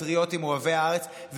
פטריוטים אוהבי הארץ,